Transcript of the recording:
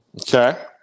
Okay